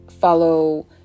follow